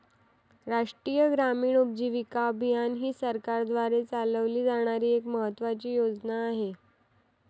राष्ट्रीय ग्रामीण उपजीविका अभियान ही सरकारद्वारे चालवली जाणारी एक महत्त्वाची योजना आहे